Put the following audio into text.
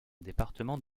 département